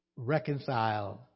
Reconciled